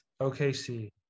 OKC